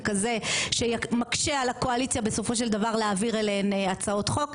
כזה שמקשה על הקואליציה בסופו של דבר להעביר אליהן הצעות חוק.